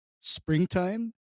springtime